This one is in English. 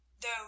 though